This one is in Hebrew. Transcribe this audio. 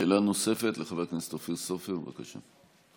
שאלה נוספת לחבר הכנסת אופיר סופר, בבקשה.